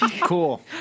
Cool